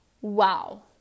Wow